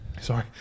Sorry